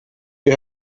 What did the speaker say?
you